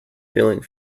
feeling